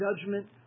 judgment